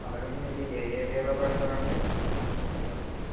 అలాగైతే మీది ఏ ఏరియాలో పెడతారు అండి బిసినెస్ అనేది